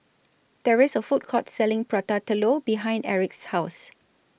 There IS A Food Court Selling Prata Telur behind Aric's House